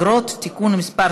אגרות והוצאות (תיקון מס'